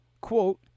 quote